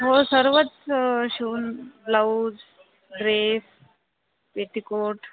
हो सर्वच शिवून ब्लाउज ड्रेस पेटीकोट